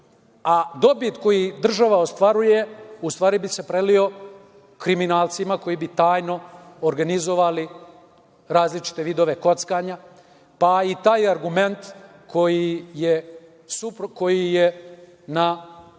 a dobit koji država ostvaruje u stvari bi se prelio kriminalcima koji bi tajno organizovali različite vidove kockanja, pa i taj argument koji je na